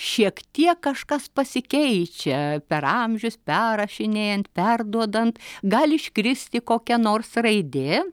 šiek tiek kažkas pasikeičia per amžius perrašinėjant perduodant gali iškristi kokia nors raidė